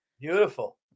Beautiful